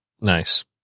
Nice